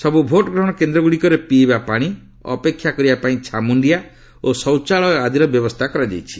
ସବୁ ଭୋଟ୍ ଗ୍ରହଣ କେନ୍ଦ୍ରଗୁଡ଼ିକରେ ପିଇବା ପାଣି ଅପେକ୍ଷା କରିବା ପାଇଁ ଛାମୁଣ୍ଡିଆ ଓ ଶୌଚାଳୟ ଆଦିର ବ୍ୟବସ୍ଥା କରାଯାଇଛି